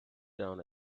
down